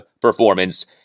performance